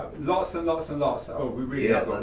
lots and lots and lots.